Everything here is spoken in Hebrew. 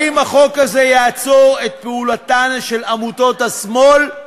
האם החוק הזה יעצור את פעולתן של עמותות השמאל?